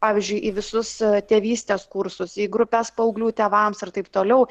pavyzdžiui į visus tėvystės kursus į grupes paauglių tėvams ir taip toliau